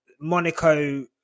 Monaco